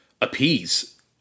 appease